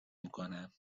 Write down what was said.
میکنم